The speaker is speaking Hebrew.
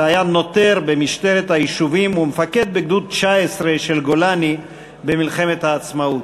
והיה נוטר במשטרת היישובים ומפקד בגדוד 19 של גולני במלחמת העצמאות.